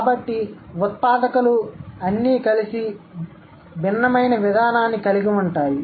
కాబట్టి ఉత్పాదకాలు అన్నీ కలిసి భిన్నమైన విధానాన్ని కలిగి ఉంటాయి